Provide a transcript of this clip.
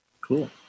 Cool